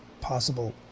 possible